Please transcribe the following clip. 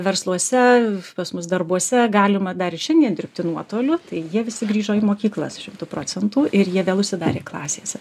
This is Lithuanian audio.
versluose pas mus darbuose galima dar ir šiandien dirbti nuotoliu tai jie visi grįžo į mokyklas šimtu procentų ir jie vėl užsidarė klasėse